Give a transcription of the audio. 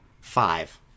Five